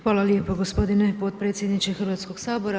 Hvala lijepo gospodine potpredsjedniče Hrvatskoga sabora.